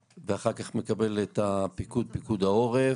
ואחר כך מקבל את הפיקוד פיקוד העורף,